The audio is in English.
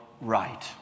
right